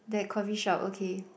that coffee shop okay